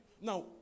Now